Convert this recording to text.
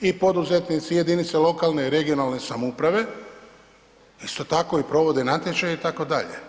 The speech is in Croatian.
I poduzetnici i jedinice lokalne i regionalne samouprave, isto tako i provode natječaje itd.